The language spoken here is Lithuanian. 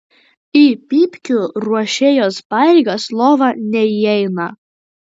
į pypkių ruošėjos pareigas lova neįeina